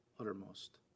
uttermost